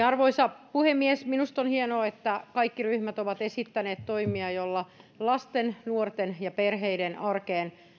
arvoisa puhemies minusta on hienoa että kaikki ryhmät ovat esittäneet toimia joilla lasten nuorten ja perheiden arkeen